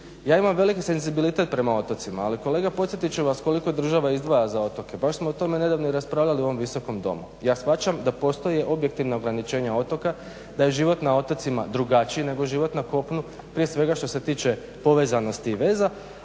Ja imam velike senzibilitet prema otocima ali kolega podsjetit ću vas koliko država izdvaja za otoke. Baš smo o tome i nedavno raspravljali u ovom Visokom domu. Ja shvaćam da postoje objektivna ograničenja otoka, da je život na otocima drugačiji nego život na kopnu prije svega što se tiče povezanosti i veza